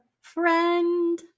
friend